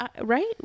Right